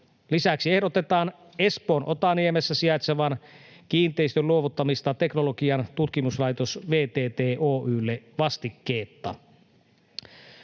Lisäksi ehdotetaan Espoon Otaniemessä sijaitsevan kiinteistön luovuttamista teknologian tutkimuslaitos VTT Oy:lle vastikkeetta.